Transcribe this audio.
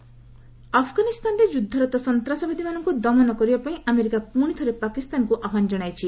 US Pak ଆଫ୍ଗାନିସ୍ତାନରେ ଯୁଦ୍ଧରତ ସନ୍ତାସବାଦୀମାନଙ୍କୁ ଦମନ କରିବା ପାଇଁ ଆମେରିକା ପୁଣିଥରେ ପାକିସ୍ତାନକୁ ଆହ୍ୱାନ ଜଣାଇଛି